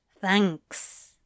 thanks